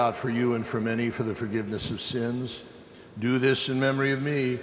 out for you and for many for the forgiveness of sins do this in memory of me